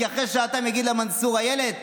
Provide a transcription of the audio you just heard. כי אחרי שעתיים יגיד לה מנסור: אילת,